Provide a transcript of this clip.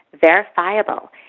verifiable